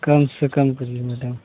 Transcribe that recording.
कम से कम करिए मैडम